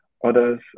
Others